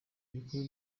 bikuru